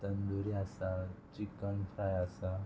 तंदुरी आसा chicken fry आसा